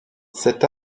cet